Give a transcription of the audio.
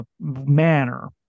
manner